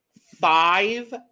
five